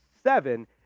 seven